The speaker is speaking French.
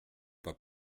pas